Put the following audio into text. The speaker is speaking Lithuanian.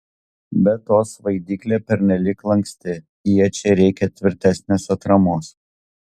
be to svaidyklė pernelyg lanksti iečiai reikia tvirtesnės atramos